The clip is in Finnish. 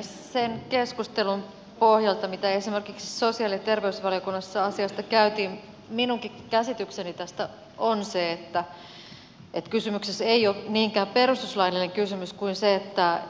sen keskustelun pohjalta mitä esimerkiksi sosiaali ja terveysvaliokunnassa asiasta käytiin minunkin käsitykseni tästä on se että kysymyksessä ei ole niinkään perustuslaillinen kysymys kuin se että